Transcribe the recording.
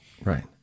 Right